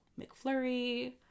McFlurry